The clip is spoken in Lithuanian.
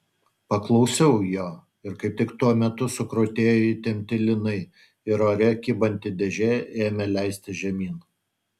paklausiau jo ir kaip tik tuo metu sukrutėjo įtempti lynai ir ore kybanti dėžė ėmė leistis žemyn